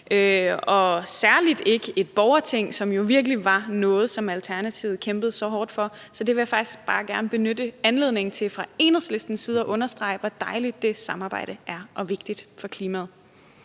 og særlig ikke et borgerting, som jo virkelig var noget, som Alternativet kæmpede så hårdt for. Så jeg vil faktisk bare gerne benytte anledningen til fra Enhedslistens side at understrege, hvor dejligt det samarbejde er, og hvor vigtigt det er for klimaet.